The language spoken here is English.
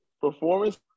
performance